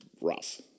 rough